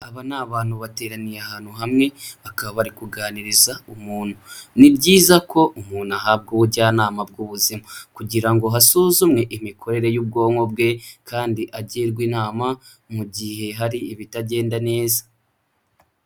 Aba ni abantu bateraniye ahantu hamwe bakaba kuganiriza umuntu, ni byiza ko umuntu ahabwa ubujyanama bw'ubuzima kugira ngo hasuzumwe imikorere y'ubwonko bwe kandi agirwe inama mu gihe hari ibitagenda neza.